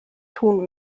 tun